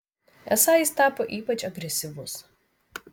esą jis tapo ypač agresyvus